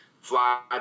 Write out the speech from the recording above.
fly